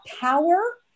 power